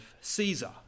Caesar